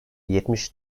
yetmiş